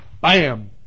bam